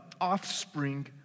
offspring